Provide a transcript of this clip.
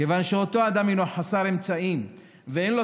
וכיוון שאותו אדם הינו חסר אמצעים ואין לו